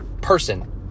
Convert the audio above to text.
person